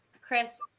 Chris